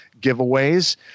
giveaways